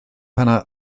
pan